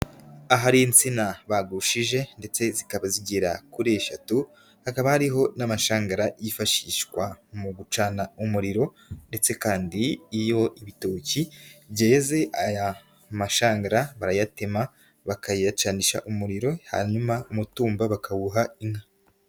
Ahari insina bagushije ndetse zikaba zigera kuri eshatu, hakaba hariho n'amashangara yifashishwa mu gucana umuriro ndetse kandi iyo ibitoki byeze, aya mashanangara barayatema bakayacanisha umuriro, hanyuma umutumba bakawuha inka.